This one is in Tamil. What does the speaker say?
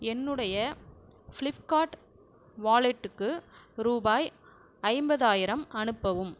என்னுடைய ஃப்ளிப்கார்ட் வாலெட்டுக்கு ரூபாய் ஐம்பதாயிரம் அனுப்பவும்